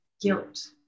guilt